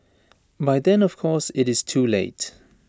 by then of course IT is too late